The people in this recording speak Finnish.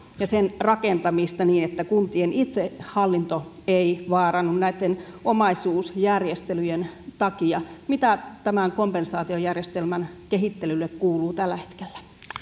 ja sen rakentamista niin että kuntien itsehallinto ei vaarannu näitten omaisuusjärjestelyjen takia mitä tämän kompensaatiojärjestelmän kehittelylle kuuluu tällä hetkellä